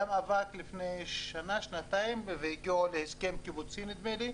לפני שנה-שנתיים היה מאבק והגיעו להסכם קיבוצי נדמה לי.